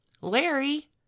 Larry